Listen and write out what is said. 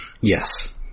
Yes